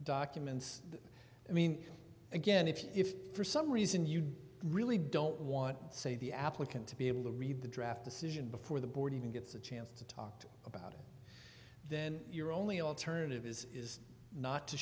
documents i mean again if for some reason you really don't want to say the applicant to be able to read the draft decision before the board even gets a chance to talk about it then your only alternative is is not to